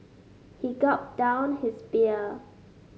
he gulped down his beer